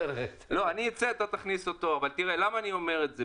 אבל למה אני אומר את זה?